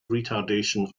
retardation